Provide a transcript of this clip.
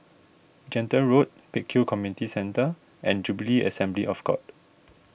Gentle Road Pek Kio Community Centre and Jubilee Assembly of God